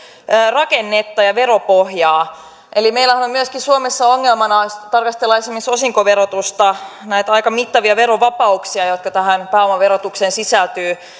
rakennetta ja veropohjaa eli meillähän on myöskin suomessa ongelmana tarkastella esimerkiksi osinkoverotusta näitä aika mittavia verovapauksia jotka tähän pääomaverotukseen sisältyvät ja